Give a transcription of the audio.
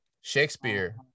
Shakespeare